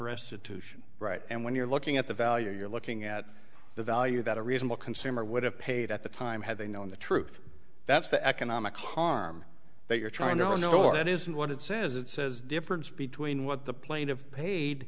restitution right and when you're looking at the value you're looking at the value that a reasonable consumer would have paid at the time had they known the truth that's the economic harm they are trying to ignore that isn't what it says it says difference between what the plane of paid